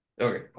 Okay